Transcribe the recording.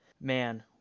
Man